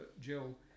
Jill